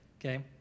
okay